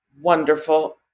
wonderful